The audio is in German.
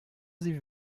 sie